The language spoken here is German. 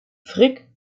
frick